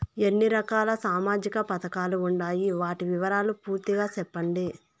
ఎన్ని రకాల సామాజిక పథకాలు ఉండాయి? వాటి వివరాలు పూర్తిగా సెప్పండి?